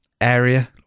area